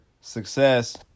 success